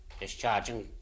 discharging